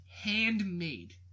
Handmade